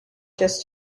just